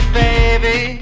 baby